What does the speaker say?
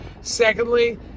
Secondly